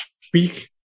speak